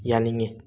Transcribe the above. ꯌꯥꯅꯤꯡꯉꯤ